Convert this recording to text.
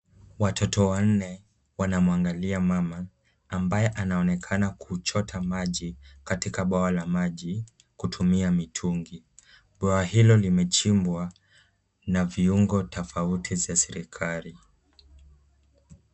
Watoto wanne wanamwangalia mama ambaye anaonekana kuchota maji katika bwawa la maji kutumia mitungi. Bwawa hilo limechimbwa na viungo tofauti za serikali.